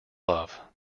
love